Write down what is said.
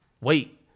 wait